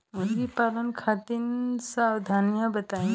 मुर्गी पालन खातिर सावधानी बताई?